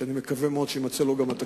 שאני מקווה מאוד שגם לו יימצא התקציב